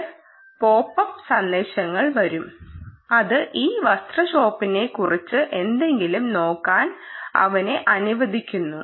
ചില pop up സന്ദേശങ്ങൾ വരും അത് ഈ വസ്ത്ര ഷോപ്പിനെക്കുറിച്ച് എന്തെങ്കിലും നോക്കാൻ അവനെ അനുവദിക്കുന്നു